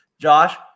Josh